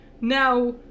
now